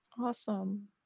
awesome